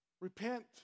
Repent